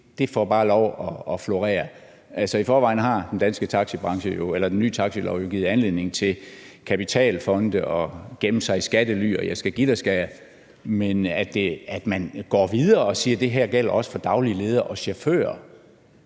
det bare får lov at florere. I forvejen har den nye taxilov jo givet anledning til kapitalfonde og gemmen sig i skattely, og jeg skal give dig, skal jeg, men at man går videre og siger, at det her også gælder for daglige ledere og chauffører,